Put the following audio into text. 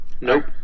Nope